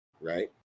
right